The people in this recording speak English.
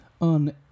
on